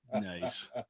Nice